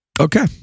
Okay